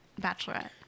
bachelorette